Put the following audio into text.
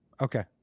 Okay